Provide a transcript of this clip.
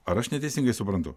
ar aš neteisingai suprantu